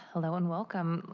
hello and welcome.